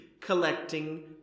collecting